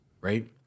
Right